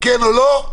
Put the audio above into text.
כן או לא,